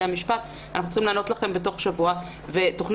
המשפט שאנחנו צריכים לענות לכם בתוך שבוע ותכנית